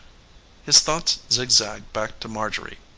his thoughts zigzagged back to marjorie.